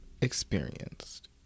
experienced